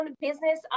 business